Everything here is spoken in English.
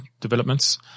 developments